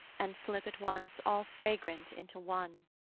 and slip at once all-fragrant into one.